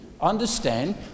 understand